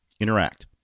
Interact